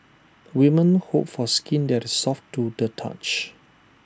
women hope for skin that is soft to the touch